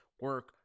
Work